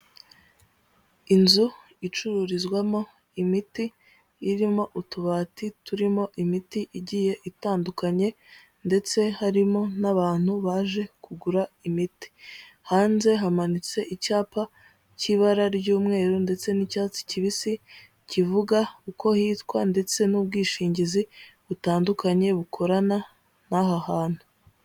Inzu icururizwamo imiti irimo utubati turimo imiti igiye itandukanye ndetse harimo n'abantu baje kugura imiti, hanze hamanitse icyapa cy'ibara ry'umweru ndetse n'icyatsi kibisi kivuga uko hitwa ndetse n'ubwishingizi butandukanye bukorana n'aha hantu.